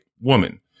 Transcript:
woman